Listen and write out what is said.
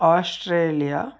Australia